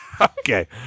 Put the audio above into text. Okay